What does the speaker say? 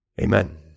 Amen